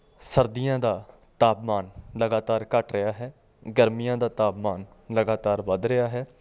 ਸਰਦੀਆਂ ਦਾ ਤਾਪਮਾਨ ਲਗਾਤਾਰ ਘੱਟ ਰਿਹਾ ਹੈ ਗਰਮੀਆਂ ਦਾ ਤਾਪਮਾਨ ਲਗਾਤਾਰ ਵੱਧ ਰਿਹਾ ਹੈ